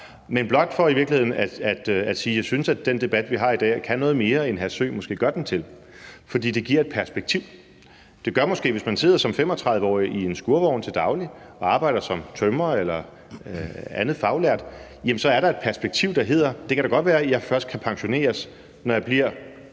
Men det er i virkeligheden blot for at sige, at jeg synes, at den debat, vi har i dag, kan noget mere, end hr. Jeppe Søe måske gør den til, fordi det giver et perspektiv. Det gør måske, at hvis man sidder som 35-årig i en skurvogn til daglig og arbejder som tømrer eller andet faglært, er der et perspektiv, der drejer sig om: Det kan da godt være, jeg først kan pensioneres, når jeg bliver